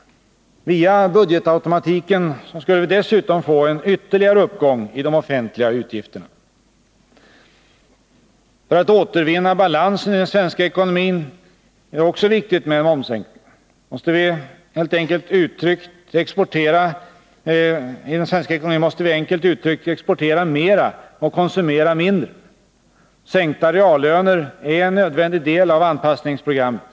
Via budgetautomatiken skulle vi dessutom få en ytterligare uppgång i de offentliga utgifterna. För att återvinna balansen i den svenska ekonomin är det också viktigt med en momssänkning. Vi måste enkelt uttryckt exportera mera och konsumera mindre. Sänkta reallöner är en nödvändig del av anpassningsprogrammet.